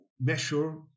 measure